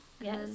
Yes